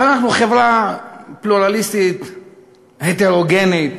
אבל אנחנו חברה פלורליסטית, הטרוגנית,